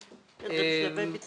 כן, זה בשלבי פיתוח.